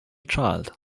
child